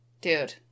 Dude